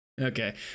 Okay